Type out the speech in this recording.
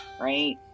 right